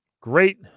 Great